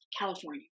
California